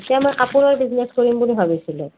এতিয়া মই আপোনাৰ বিজনেছ কৰিম বুলি ভাবিছিলোঁ